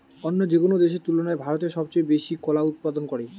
অন্য যেকোনো দেশের তুলনায় ভারত সবচেয়ে বেশি কলা উৎপাদন করে